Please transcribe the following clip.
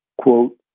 quote